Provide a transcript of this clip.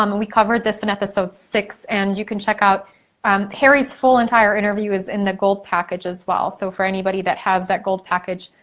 um and we covered this in episode six and you can check out um harry's full entire interview is in the gold package as well. so for anybody that has that gold package,